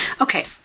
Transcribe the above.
okay